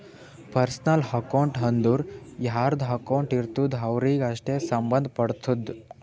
personal account ಅಂದುರ್ ಯಾರ್ದು account ಇರ್ತುದ್ ಅವ್ರಿಗೆ ಅಷ್ಟೇ ಸಂಭಂದ್ ಪಡ್ತುದ